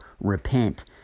repent